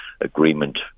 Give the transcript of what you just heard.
agreement